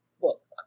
books